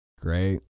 Great